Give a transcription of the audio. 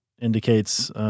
indicates